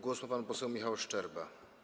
Głos ma pan poseł Michał Szczerba.